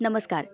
नमस्कार